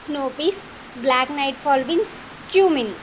snow peas black nightfall bean cumin